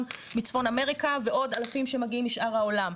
מצפון אמריקה ועוד אלפים שמגיעים משאר העולם.